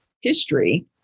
history